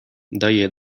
daje